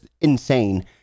insane